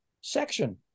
section